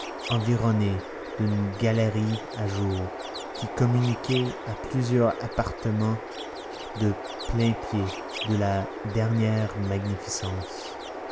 environnée d'une galerie à jour qui communiquait à plusieurs appartements de plain-pied de la dernière magnificence